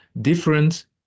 different